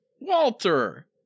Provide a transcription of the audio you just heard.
Walter